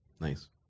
Nice